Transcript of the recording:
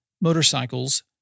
motorcycles